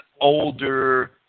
older